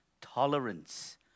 tolerance